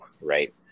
right